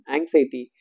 Anxiety